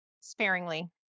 Sparingly